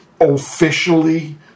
officially